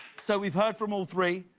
so we've heard from all three.